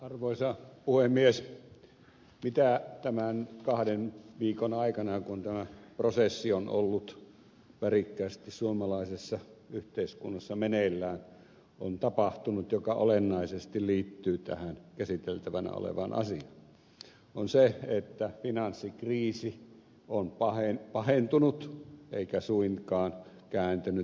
mitä sellaista tämän kahden viikon aikana kun tämä prosessi on ollut värikkäästi suomalaisessa yhteiskunnassa meneillään on tapahtunut joka olennaisesti liittyy tähän käsiteltävänä olevaan asiaan on se että finanssikriisi on pahentunut eikä suinkaan kääntynyt parempaan suuntaan